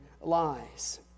lies